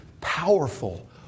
powerful